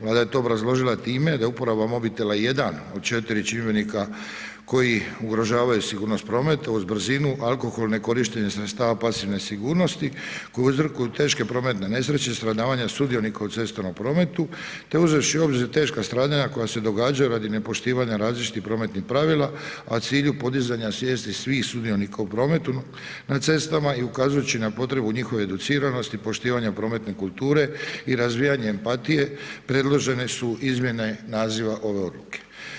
Vlada je to obrazložila time da uporaba mobitela jedan od četiri čimbenika koji ugrožavaju sigurnost prometa iz brzinu, alkohol, ne korištenje sredstava pasivne sigurnosti koji uzrokuju teške prometne nesreće i stradavanja sudionika u cestovnom prometu te uzevši u obzir teška stradanja koja se događaju radi nepoštivanja različitih prometnih pravila, a u cilju podizanja svijesti svih sudionika u prometu na cestama i ukazujući na potrebu njihove educiranosti, poštivanja prometne kulture i razvijanje empatije predložene su izmjene naziva ove odluke.